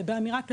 ובאמירה כללית.